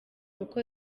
uko